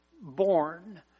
born